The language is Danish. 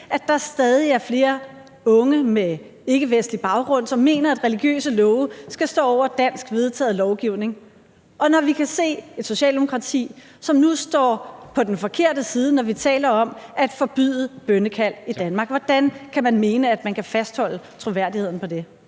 at der stadig er flere unge med ikkevestlig baggrund, som mener, at religiøse love skal stå over dansk vedtaget lovgivning, og når vi kan se et socialdemokrati, som nu står på den forkerte side, når vi taler om at forbyde bønnekald i Danmark. Hvordan kan man mene, at man kan fastholde troværdigheden i det?